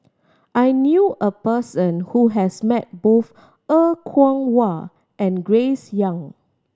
I knew a person who has met both Er Kwong Wah and Grace Young